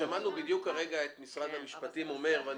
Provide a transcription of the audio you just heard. אבל שמענו כרגע את משרד המשפטים מדבר על זה.